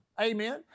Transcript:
Amen